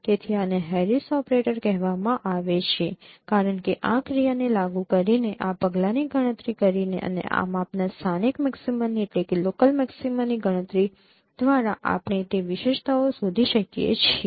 તેથી આને Harris operator કહેવામાં આવે છે કારણ કે આ ક્રિયાને લાગુ કરીને આ પગલાંની ગણતરી કરીને અને આ માપનાં સ્થાનિક મેક્સિમાની ગણતરી દ્વારા આપણે તે વિશેષતાઓ શોધી શકીએ છીએ